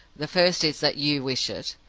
the first is that you wish it,